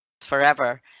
forever